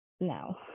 no